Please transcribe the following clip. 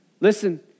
Listen